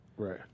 Right